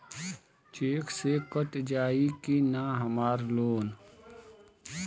Check से कट जाई की ना हमार लोन?